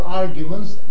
arguments